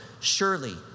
surely